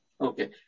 Okay